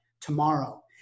tomorrow